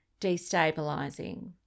destabilizing